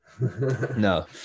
No